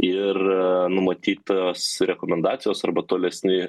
ir numatytos rekomendacijos arba tolesni